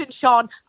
Sean